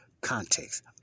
context